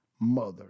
mother